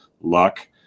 luck